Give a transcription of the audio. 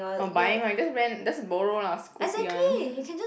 orh buying right just rent just borrow lah school free one